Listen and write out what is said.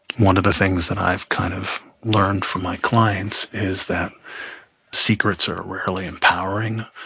one of the things that i've kind of learned from my clients is that secrets are rarely empowering.